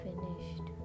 finished